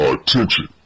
Attention